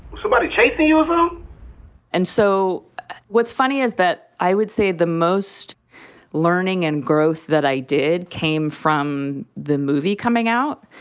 somebody's chasing you um and so what's funny is that i would say the most learning and growth that i did came from the movie coming out.